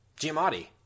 Giamatti